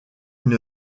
une